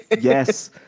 Yes